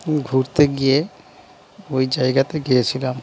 ঘুরতে গিয়ে ওই জায়গাতে গিয়েছিলাম